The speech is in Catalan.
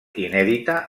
inèdita